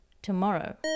tomorrow